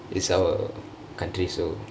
is our country so